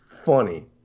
funny